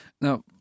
Now